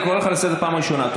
אני קורא אותך לסדר פעם ראשונה.